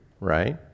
right